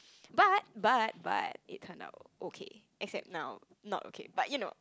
but but but it turned out okay except now not okay but you know